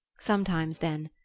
sometimes, then,